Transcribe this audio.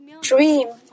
dream